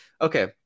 Okay